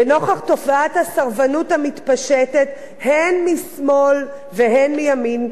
לנוכח תופעת הסרבנות המתפשטת הן משמאל והן מימין,